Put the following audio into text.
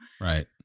Right